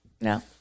no